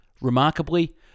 Remarkably